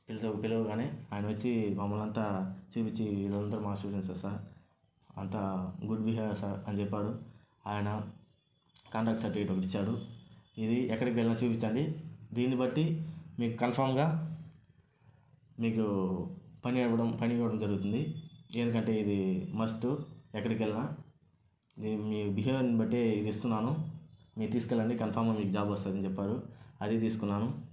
పిలుచు పిలవగానే ఆయన వచ్చి మమ్మల్ని అంతా చూపించి వీళ్లంతా మా స్టూడెంట్స్ఏ సార్ అంతా గుడ్ బిహేవర్ సార్ అని చెప్పాడు ఆయన కాంటాక్ట్ సర్టిఫికెట్ ఒకటి ఇచ్చాడు ఇది ఎక్కడికి వెళ్ళినా చూపించండి దీన్ని బట్టి మీకు కన్ఫామ్గా మీకు పని అవడం పని అవడం జరుగుతుంది ఎందుకంటే ఇది మస్ట్ ఎక్కడికి వెళ్లినా దీన్ని మీ బిహేవియర్ బట్టే ఇది ఇస్తున్నాను మీరు తీసుకెళ్లండి కన్ఫామ్గా మీకు జాబ్ వస్తుంది అని చెప్పారు అది తీసుకున్నాను